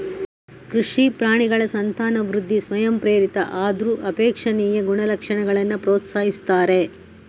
ಕೃಷಿ ಪ್ರಾಣಿಗಳ ಸಂತಾನವೃದ್ಧಿ ಸ್ವಯಂಪ್ರೇರಿತ ಆದ್ರೂ ಅಪೇಕ್ಷಣೀಯ ಗುಣಲಕ್ಷಣಗಳನ್ನ ಪ್ರೋತ್ಸಾಹಿಸ್ತಾರೆ